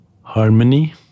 harmony